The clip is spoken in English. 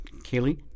Kaylee